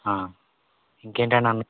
ఇంకేంటండి అన్